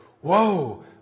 Whoa